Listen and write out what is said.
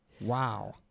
Wow